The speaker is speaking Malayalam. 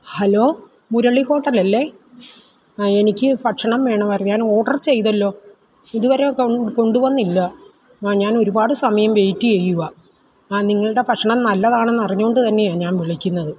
ഹലോ മുരളി ഹോട്ടൽ അല്ലെ എനിക്ക് ഭക്ഷണം വേണമായിരുന്നു ഞാന് ഓര്ഡര് ചെയ്തല്ലോ ഇത് വരെ കൊണ്ട് വന്നില്ല ഞാന് ഒരുപാട് സമയം വെയ്റ്റ് ചെയ്യുവാണ് നിങ്ങളുടെ ഭക്ഷണം നല്ലതാണെന്നറിഞ്ഞു കൊണ്ട് തന്നെയാണ് ഞാന് വിളിക്കുന്നത്